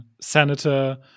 senator